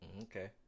Okay